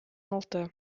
алты